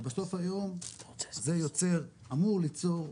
ובסוף היום זה יוצר, אמור ליצור,